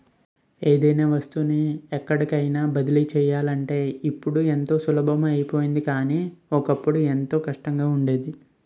ఏదైనా వస్తువుని ఎక్కడికైన బదిలీ చెయ్యాలంటే ఇప్పుడు ఎంతో సులభం అయిపోయింది కానీ, ఒకప్పుడు ఎంతో కష్టంగా ఉండేది